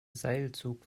seilzug